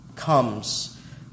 comes